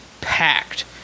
packed